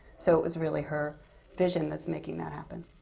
so, it was really her vision that's making that happen.